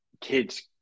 kids